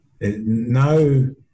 No